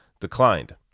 declined